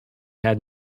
had